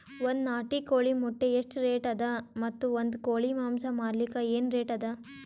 ಒಂದ್ ನಾಟಿ ಕೋಳಿ ಮೊಟ್ಟೆ ಎಷ್ಟ ರೇಟ್ ಅದ ಮತ್ತು ಒಂದ್ ಕೋಳಿ ಮಾಂಸ ಮಾರಲಿಕ ಏನ ರೇಟ್ ಅದ?